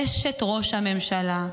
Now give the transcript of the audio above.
אשת ראש הממשלה,